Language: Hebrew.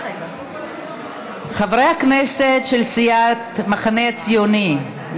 חברי הכנסת של סיעת המחנה הציוני,